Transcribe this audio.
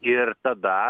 ir tada